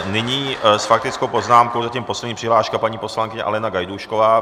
Nyní s faktickou poznámkou, zatím poslední přihláška, paní poslankyně Alena Gajdůšková.